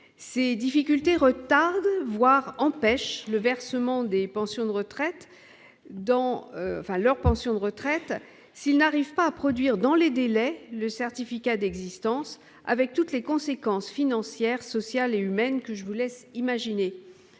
ces difficultés retarde, voire empêche le versement des pensions de retraite dont enfin leur pension de retraite s'il n'arrive pas à produire dans les délais, le certificat d'existence avec toutes les conséquences financières, sociales et humaines que je vous laisse imaginer